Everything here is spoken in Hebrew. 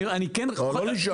אני כן --- אתה הרי לא נשאר.